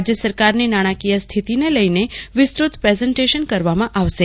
રાજ્ય સરકારની નાણાકીય સ્થિતિને લઇને વિસ્તૃત પ્રેઝેન્ટેશન કરવામાં આવશે